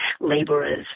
laborers